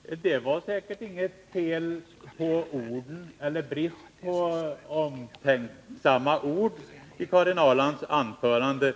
Fru talman! Det var säkert inte något fel på orden eller någon brist på omtänksamma ord i Karin Ahrlands anförande.